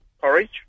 Porridge